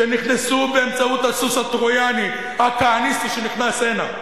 שנכנסו באמצעות הסוס הטרויאני הכהניסטי שנכנס הנה,